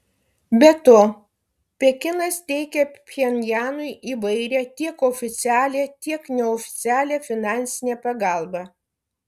be to pekinas teikia pchenjanui įvairią tiek oficialią tiek neoficialią finansinę pagalbą